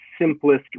Simplest